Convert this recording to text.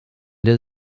der